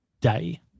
day